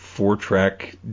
four-track